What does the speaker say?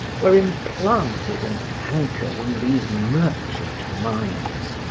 were implanted and anchored in these merchant minds,